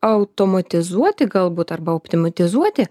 automatizuoti galbūt arba optimatizuoti